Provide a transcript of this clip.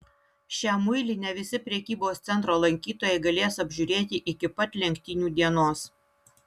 šią muilinę visi prekybos centro lankytojai galės apžiūrėti iki pat lenktynių dienos